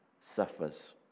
suffers